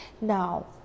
Now